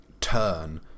Turn